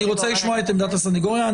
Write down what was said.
אני רוצה לשמוע את עמדת הסנגוריה.